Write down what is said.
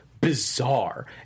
bizarre